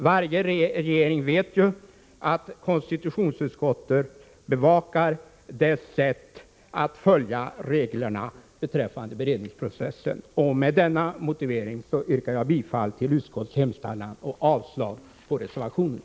Varje regering vet ju att konstitutionsutskottet bevakar dess sätt att följa reglerna beträffande beredningsprocessen. Med denna motivering yrkar jag bifall till utskottets hemställan och avslag på reservationen.